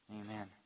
Amen